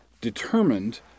determined